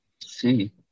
see